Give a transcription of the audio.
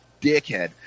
dickhead